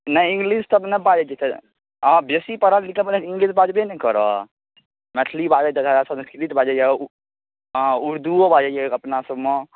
नहि इङ्गलिश तऽ नहि बाजै छै ओना बेसी पढ़ल लिखल इङ्गलिश बाजबै ने करत मैथिली बाजैत संस्कृत बाजैए उर्दूओ बाजैए अपनासबमे